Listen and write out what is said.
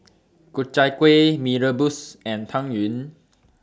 Ku Chai Kuih Mee Rebus and Tang Yuen